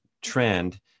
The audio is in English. Trend